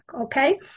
okay